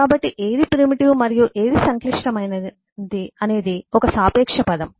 కాబట్టి ఏది ప్రిమిటివ్ మరియు ఏది సంక్లిష్టమైనది అనేది ఒక సాపేక్ష పదం